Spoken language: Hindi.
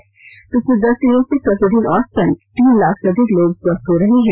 देश में पिछले दस दिनों से प्रतिदिन औसतन तीन लाख से अधिक लोग स्वस्थ हो रहे हैं